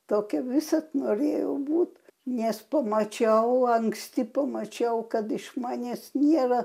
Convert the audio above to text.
tokia visad norėjau būt nes pamačiau anksti pamačiau kad iš manęs nėra